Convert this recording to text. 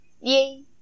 Yay